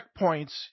checkpoints